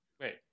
Wait